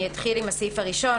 אני אתחיל עם הסעיף הראשון.